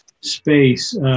space